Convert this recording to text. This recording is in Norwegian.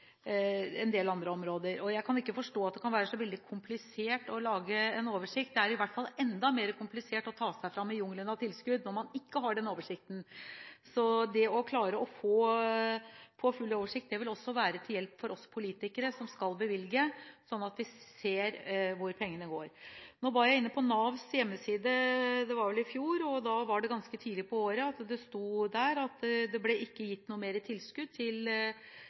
en del andre områder. Jeg kan ikke forstå at det kan være så veldig komplisert å lage en oversikt. Det er i hvert fall enda mer komplisert å ta seg fram i jungelen av tilskudd når man ikke har den oversikten. Det å klare å få full oversikt vil også være til hjelp for oss politikere som skal bevilge, slik at vi ser hvor pengene går. Jeg var inne på Navs hjemmeside, det var vel i fjor, og ganske tidlig på året sto det at det ikke ble gitt mer tilskudd til